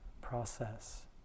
process